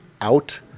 out